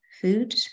food